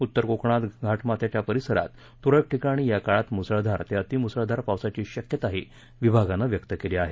उत्तर कोकणात घाटमाथ्याच्या परिसरात तुरळक ठिकाणी या काळात मुसळधार ते अतिमुसळधार पावसाची शक्यताही विभागानं व्यक्त केली आहे